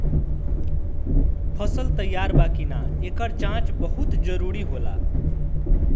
फसल तैयार बा कि ना, एकर जाँच बहुत जरूरी होला